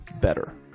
better